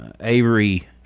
Avery